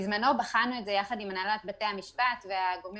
בזמנו בחנו את זה עם הנהלת בתי המשפט והגורמים